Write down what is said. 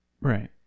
Right